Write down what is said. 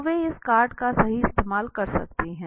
तो वे इस कार्ड का सही इस्तेमाल कर सकती हैं